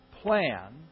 plan